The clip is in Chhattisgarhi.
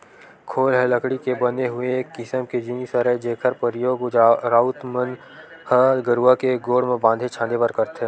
खोल ह लकड़ी के बने हुए एक किसम के जिनिस हरय जेखर परियोग राउत मन ह गरूवा के गोड़ म बांधे छांदे बर करथे